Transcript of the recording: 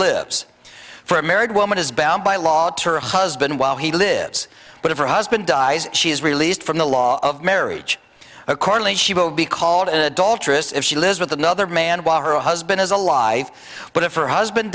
lives for a married woman is bound by law to her husband while he lives but if her husband dies she is released from the law of marriage accordingly she will be called an adulterous if she lives with another man while her husband is alive but if her husband